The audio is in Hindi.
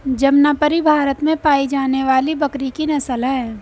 जमनापरी भारत में पाई जाने वाली बकरी की नस्ल है